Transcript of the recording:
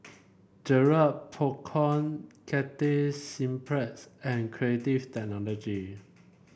Garrett Popcorn Cathay Cineplex and Creative Technology